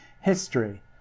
history